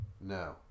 No